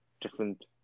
different